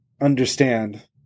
understand